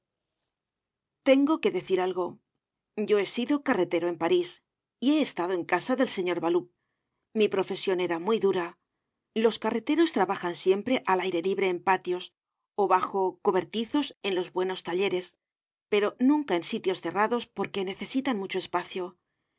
tengo que decir algo yo he sido carretero en parís y he estado en casa del señor baloup mi profesion era muy dura los carreteros trabajan siempre al aire libre en patios ó bajo cobertizos en los buenos talle res pero nunca en sitios cerrados porque necesitan mucho espacio